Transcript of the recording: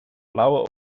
blauwe